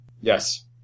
Yes